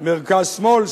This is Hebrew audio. מרכז-שמאל,